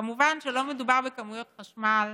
כמובן שלא מדובר בכמויות חשמל